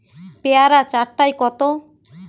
পেয়ারা চার টায় কত?